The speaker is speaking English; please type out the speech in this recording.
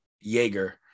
Jaeger